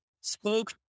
spoke